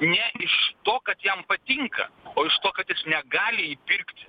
ne iš to kad jam patinka o iš to kad jis negali įpirkti